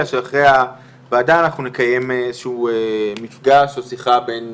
שאחרי הוועדה אנחנו נקיים איזה שהוא מפגש או שיחה בין